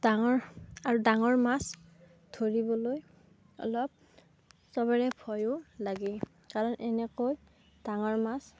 ডাঙৰ আৰু ডাঙৰ মাছ ধৰিবলৈ অলপ চবৰে ভয়ো লাগে কাৰণ এনেকৈ ডাঙৰ মাছ